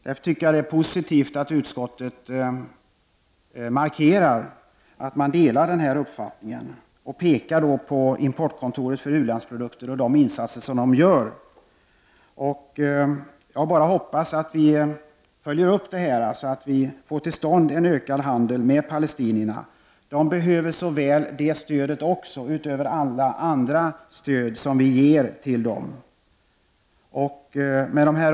Därför tycker jag att det är positivt att utskottet markerar att man delar denna uppfattning och pekar på importkontoret för u-landsprodukter och de insatser som det gör. Jag kan bara hoppas att vi följer upp detta, så att vi får till stånd en ökad handel med palestinierna. Utöver alla andra stöd som vi ger till dem behöver de detta stöd.